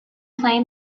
playing